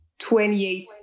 28